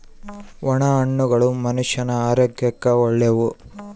ಒಣ ಹಣ್ಣುಗಳು ಮನುಷ್ಯನ ಆರೋಗ್ಯಕ್ಕ ಒಳ್ಳೆವು